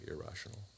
irrational